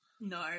No